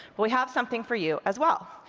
we have something for you as well.